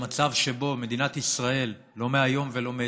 המצב שבו מדינת ישראל, לא מהיום ולא מאתמול,